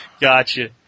Gotcha